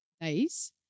days